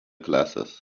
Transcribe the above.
glasses